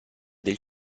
del